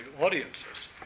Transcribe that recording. audiences